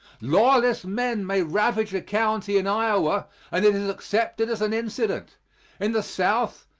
lawless men may ravage a county in iowa and it is accepted as an incident in the south,